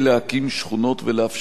ולאפשר את הדבר הזה,